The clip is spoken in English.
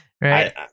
Right